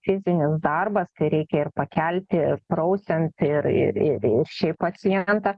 fizinis darbas kai reikia ir pakelti ir prausiant ir ir ir šiaip pacientą